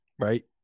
Right